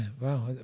wow